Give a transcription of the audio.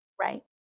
right